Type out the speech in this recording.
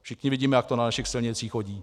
Všichni vidíme, jak to na našich silnicích chodí.